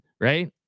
right